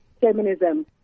feminism